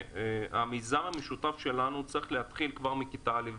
המיזם המשותף צריך להתחיל כבר מכיתה א'.